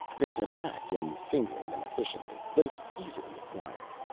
there's a knack in fingering them efficiently, but it's easily acquired.